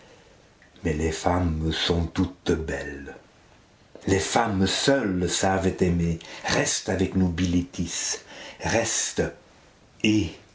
mais les femmes sont toutes belles les femmes seules savent aimer reste avec nous bilitis reste et